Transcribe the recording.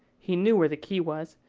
he knew where the key was,